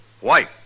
White